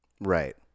Right